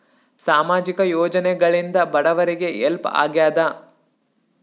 ಸಾಮಾಜಿಕ ಯೋಜನೆಗಳಿಂದ ಬಡವರಿಗೆ ಹೆಲ್ಪ್ ಆಗ್ಯಾದ?